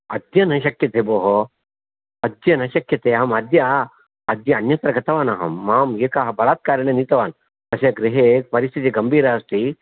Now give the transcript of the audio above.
अद्य न शक्यते भोः अद्य न शक्यते अहमद्य अद्य अन्यत्र गतवानहं मां एकः बलात्कारेण नीतवान् तस्य गृहे परिस्थितिः गम्भीरा अस्ति